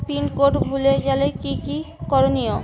Pin code ভুলে গেলে কি কি করনিয়?